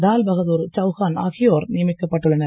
தால்பகதூர் சவுகான் ஆகியோர் நியமிக்கப்பட்டு உள்ளனர்